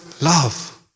Love